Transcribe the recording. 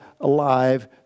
alive